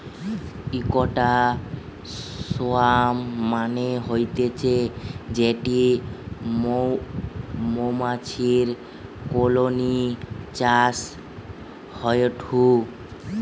ইকটা সোয়ার্ম মানে হতিছে যেটি মৌমাছির কলোনি চাষ হয়ঢু